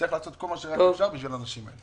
צריך לעשות כל מה שרק אפשר בשביל הנשים האלה.